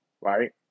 right